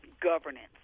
governance